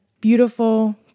beautiful